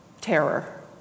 terror